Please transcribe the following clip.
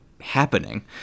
happening